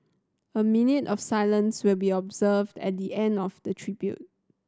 a minute of silence will be observed at the end of the tributes